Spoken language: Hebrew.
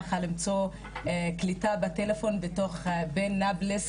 ככה למצוא קליטה בטלפון בתווך בין נבלס